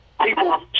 people